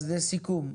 לסיכום,